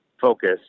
focus